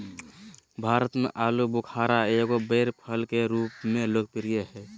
भारत में आलूबुखारा एगो बैर फल के रूप में लोकप्रिय हइ